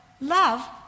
love